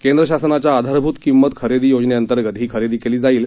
केंद्र शासनाच्या आधारभूत किंमत खरेदी योजनेंतर्गत ही खरेदी केली जाईल